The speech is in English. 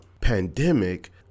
pandemic